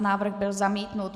Návrh byl zamítnut.